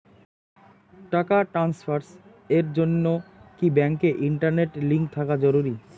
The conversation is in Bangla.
টাকা ট্রানস্ফারস এর জন্য কি ব্যাংকে ইন্টারনেট লিংঙ্ক থাকা জরুরি?